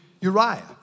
Uriah